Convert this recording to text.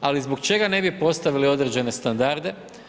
Ali zbog čega ne bi postavili određene standarde?